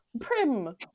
Prim